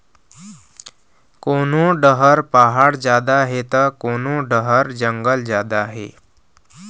कोनो डहर पहाड़ जादा हे त कोनो डहर जंगल जादा हे